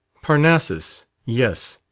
parnassus, yes.